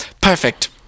Perfect